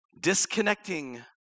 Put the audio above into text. Disconnecting